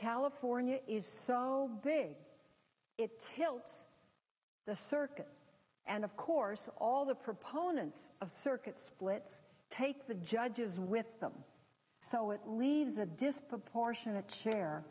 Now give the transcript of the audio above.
california is so big it tilts the circuit and of course all the proponents of circuit splits take the judges with them so it leaves a disproportionate share